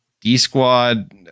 D-Squad